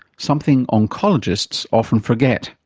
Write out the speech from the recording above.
something oncologists often forget.